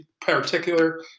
particular